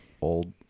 old